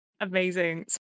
Amazing